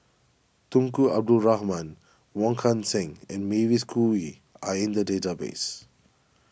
Tunku Abdul Rahman Wong Kan Seng and Mavis Khoo Oei are in the database